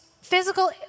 physical